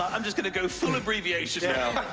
i'm just going to go full abbreviation now